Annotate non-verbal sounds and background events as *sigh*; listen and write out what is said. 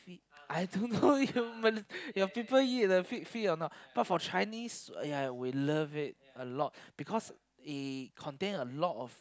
pig I don't know you *laughs* Mal~ your people eat the pig feet or not but for Chinese ya we love it a lot because it contain a lot of